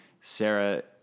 Sarah